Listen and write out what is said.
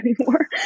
anymore